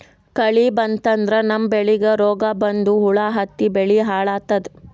ಕಳಿ ಬಂತಂದ್ರ ನಮ್ಮ್ ಬೆಳಿಗ್ ರೋಗ್ ಬಂದು ಹುಳಾ ಹತ್ತಿ ಬೆಳಿ ಹಾಳಾತದ್